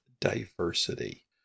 diversity